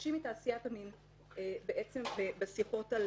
לנשים מתעשיית המין בשיחות על